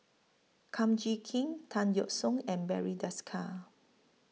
Kum Chee Kin Tan Yeok Seong and Barry Desker